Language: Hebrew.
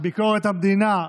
ביקורת המדינה.